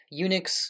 Unix